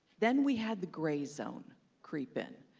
then we had the gray zone creep in.